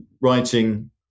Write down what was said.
writing